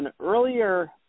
earlier